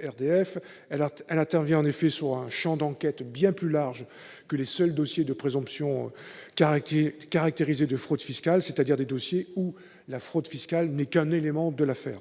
elle intervient sur un champ d'enquête bien plus large que les seuls dossiers de présomption caractérisée de fraude fiscale, c'est-à-dire des dossiers où la fraude fiscale n'est qu'un élément de l'affaire.